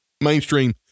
mainstream